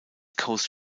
coast